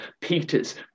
Peter's